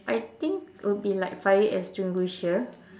I think would be like fire extinguisher